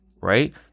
right